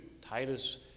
Titus